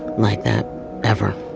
like that ever.